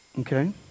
Okay